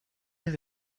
with